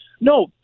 No